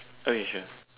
okay sure